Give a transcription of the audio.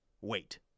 Wait